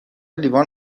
لیوان